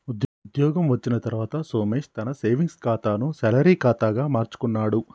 ఉద్యోగం వచ్చిన తర్వాత సోమేశ్ తన సేవింగ్స్ కాతాను శాలరీ కాదా గా మార్చుకున్నాడు